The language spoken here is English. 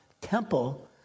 temple